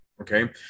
okay